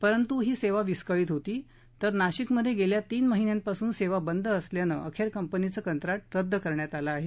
पण ही सेवा विस्कळीत होती तर नाशिकमध्ये गेल्या तीन महिन्यापासून सेवा बंद असल्यानं अखेर कंपनीचं कंत्राट रद्द करण्यात आलं आहे